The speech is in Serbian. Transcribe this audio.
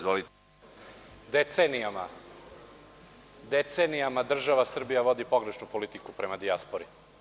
Decenijama država Srbija vodi pogrešnu politiku prema dijaspori.